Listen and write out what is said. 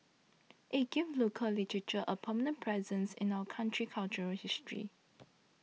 it gives local literature a permanent presence in our country's cultural history